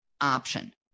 option